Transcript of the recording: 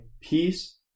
peace